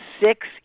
six